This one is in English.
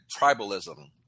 Tribalism